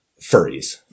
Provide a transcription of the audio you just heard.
furries